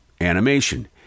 animation